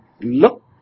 look